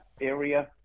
area